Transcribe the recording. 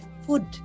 food